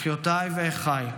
אחיותיי ואחיי,